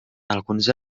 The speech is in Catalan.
alguns